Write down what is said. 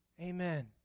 Amen